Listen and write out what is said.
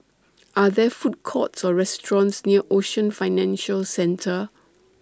Are There Food Courts Or restaurants near Ocean Financial Centre